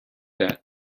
that